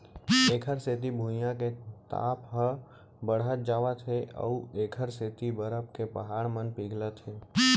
एखर सेती भुइयाँ के ताप ह बड़हत जावत हे अउ एखर सेती बरफ के पहाड़ मन पिघलत हे